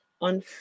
on